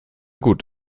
gut